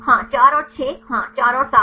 हां 4 और 6 हां 4 और 7